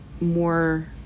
more